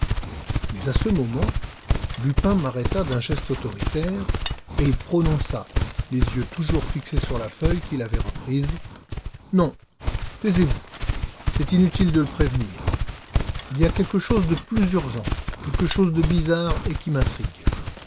mais à ce moment lupin m'arrêta d'un geste autoritaire et il prononça les yeux toujours fixés sur la feuille qu'il avait reprise non taisez-vous c'est inutile de le prévenir il y a quelque chose de plus urgent quelque chose de bizarre et qui m'intrigue